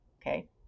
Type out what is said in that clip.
Okay